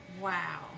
Wow